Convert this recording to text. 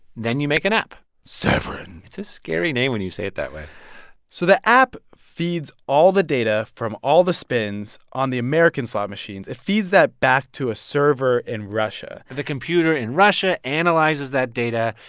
then you make an app severin it's a scary name when you say it that way so the app feeds all the data from all the spins on the american slot machines. it feeds that back to a server in russia the computer in russia analyzes that data.